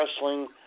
wrestling